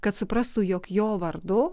kad suprastų jog jo vardu